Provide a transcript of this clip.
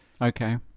Okay